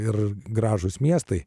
ir gražūs miestai